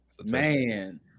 Man